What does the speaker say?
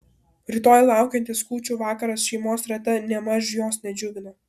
rytoj laukiantis kūčių vakaras šeimos rate nėmaž jos nedžiugino